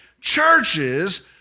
churches